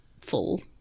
full